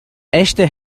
echte